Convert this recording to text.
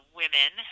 women